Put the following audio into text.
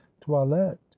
toilette